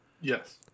Yes